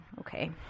Okay